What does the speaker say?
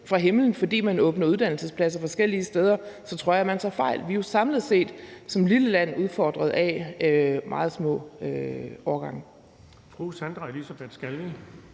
fra himlen, fordi man åbner uddannelsespladser forskellige steder, så tror jeg, man tager fejl. Vi er jo samlet set som lille land udfordret af, at vi har meget små årgange.